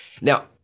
now